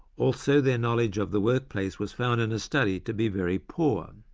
also their knowledge of the workplace was found in a study to be very poor.